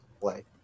play